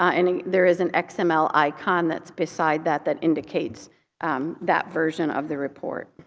ah and and there is an xml icon that's beside that that indicates um that version of the report.